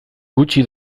gutxi